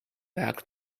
back